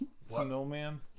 snowman